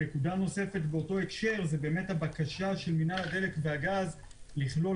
נקודה נוספת באותו הקשר זה הבקשה של מינהל הדלק והגז לכלול